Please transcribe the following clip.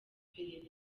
iperereza